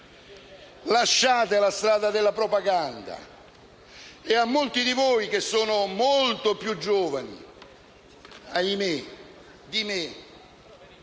Lasciate la strada della propaganda. A molti di voi che sono molto più giovani - ahimè - di me,